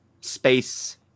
space